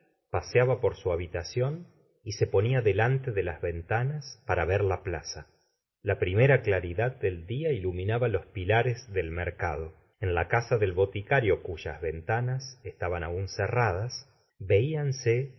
paseaba por su habitación y se ponia delante de las ventanas para ver la plaza la primera claridad del dia ilumin ba los pilares del mercado en la casa del boticario cuyas ventanas estaban aún ce'radas veíanse al